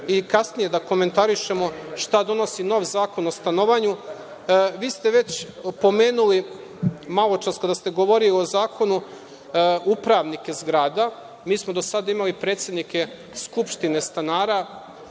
i kasnije da komentarišemo, šta donosi novi zakon o stanovanju. Vi ste već opomenuli malo čas, kada ste govorili o zakonu, upravnike zgrada. Mi smo do sada imali predsednike skupštine stanara.